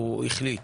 הוא החליט